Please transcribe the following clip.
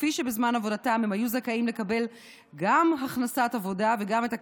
כפי שבזמן עבודתם הם היו זכאים לקבל גם הכנסת עבודה וגם את הקצבה,